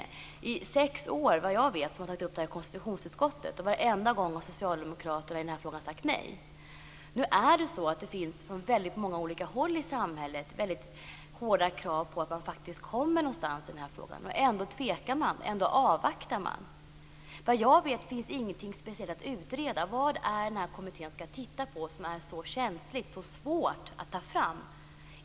Under sex år har man, såvitt jag vet, tagit upp detta i konstitutionsutskottet, och varenda gång har Socialdemokraterna sagt nej i denna fråga. Nu finns det från väldigt många håll i samhället mycket hårda krav på att man faktiskt kommer någonstans i denna fråga. Ändå tvekar man och avvaktar. Såvitt jag vet finns det ingenting speciellt att utreda. Vad är det som denna kommitté skall titta på och som är så känsligt och så svårt att ta fram?